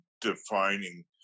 defining